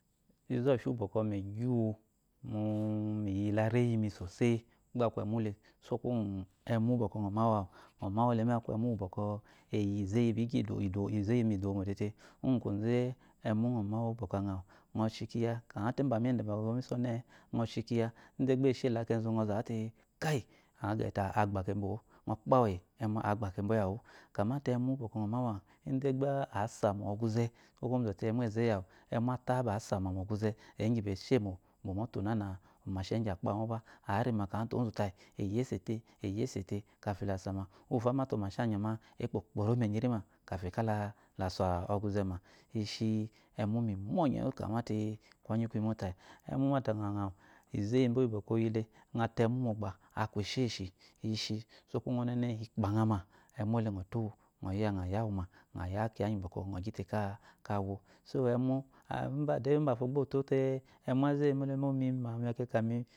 Izɔfi uwu bɔkɔ migyiwu mu iyilareyi mi soseyi gba aku emu le sekuwo ngu emu bɔkɔgɔma wu awu əɔmawule amu aku uwu bɔkɔ iyi izeyi bigyi dowu mo izeyi ma idowu mo tete ngu kwoze, emu əɔ mawu ba əawu əa shi kiya kyamata ubama ba miso ɔnenɛ-ɛ øɔ shikiya inde gba esheyi la kezu øɔzawu te kayi øa gece te agba kebo o-o øɔkpawu eyi emu agba kubo iyawu kamate emu agba kebo iyawu kamate emu bɔ øɔmawu awulde gba asama mɔguzɛ sɔkuwo ngu moizɔte emu ezeyi awu amu ataba asama mɔguze egyi be sheyimo, omoto nana omashi egyi ba kpalu moba arima kyamata ozu tayi eyese te eyese te kapi lasama uwuto amata omashi anyɔ ma, ekpo kporo menya erima kafi kala la sa ɔquze ma ishi emu mi myɔnyewu mate kwɔnyi kuyi mo tayi emu mata ba øawu izeyi bo bɔkɔ iyile øa ta emu mogba aku esheshi ishisɔkuwo ngu ɔnenɛ ikpaøama emu ele øɔtowu øɔyawu ma øaya kiya ngi bɔkɔ øɔ gyi te ka wo so emu umba de unbafo gbo tote emu azeyi mo le mo mekakami,